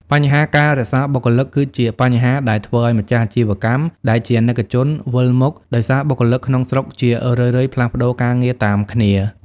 បញ្ហា "ការរក្សាបុគ្គលិក"គឺជាបញ្ហាដែលធ្វើឱ្យម្ចាស់អាជីវកម្ម ដែលជាអាណិកជនវិលមុខ ដោយសារបុគ្គលិកក្នុងស្រុកជារឿយៗផ្លាស់ប្តូរការងារតាមគ្នា។